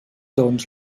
doncs